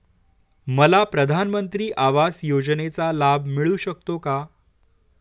मला प्रधानमंत्री आवास योजनेचा लाभ मिळू शकतो का?